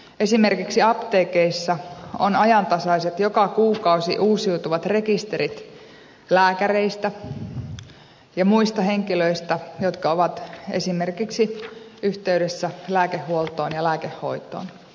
esimerkiksi apteekeissa on ajantasaiset joka kuukausi uusiutuvat rekisterit lääkäreistä ja muista henkilöistä jotka ovat esimerkiksi yhteydessä lääkehuoltoon ja lääkehoitoon